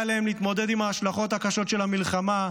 להם להתמודד עם ההשלכות הקשות של המלחמה,